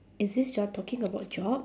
is this you're talking about job